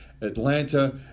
Atlanta